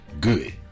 good